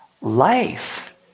life